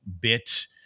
bit